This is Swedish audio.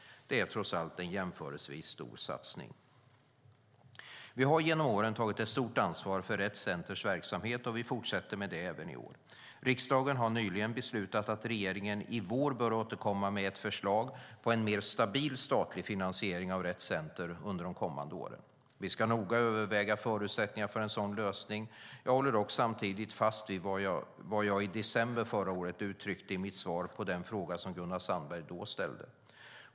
Det är trots allt en jämförelsevis stor satsning. Vi har genom åren tagit ett stort ansvar för Rett Centers verksamhet, och vi fortsätter med det även detta år. Riksdagen har nyligen beslutat att regeringen i vår bör återkomma med ett förslag på en mer stabil statlig finansiering av Rett Center under de kommande åren. Vi ska noga överväga förutsättningarna för en sådan lösning. Jag håller dock samtidigt fast vid vad jag i december förra året uttryckte i mitt svar på den fråga som Gunnar Sandberg då ställde.